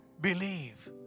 believe